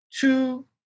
two